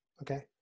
Okay